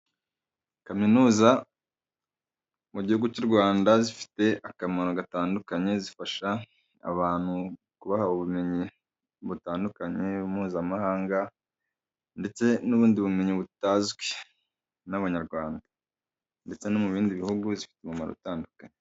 Kaminuza mu gihugu cy'u Rwanda zifite akamaro gatandukanye, zifasha abantu kubaha ubumenyi butandukanye mpuzamahanga ndetse n'ubundi bumenyi butazwi n'abanyarwanda, ndetse no mu bindi bihugu zifite umumaro utandukanye.